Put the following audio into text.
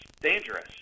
dangerous